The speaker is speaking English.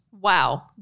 Wow